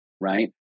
right